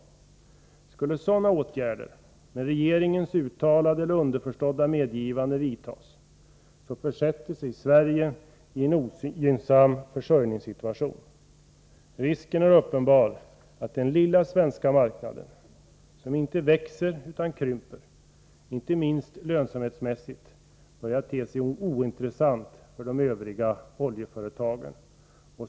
Skulle sådana åtgärder med regeringens uttalade eller underförstådda medgivande vidtas, försätter sig Sverige i en ogynnsam försörjningssituation. Risken är uppenbar att den lilla svenska marknaden, som inte växer utan krymper — inte minst lönsamhetsmässigt — börjar te sig ointressant för de övriga oljeföretagen.